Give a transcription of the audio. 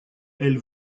elle